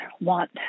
want